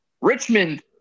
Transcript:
Richmond